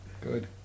Good